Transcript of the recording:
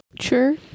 Sure